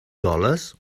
dollars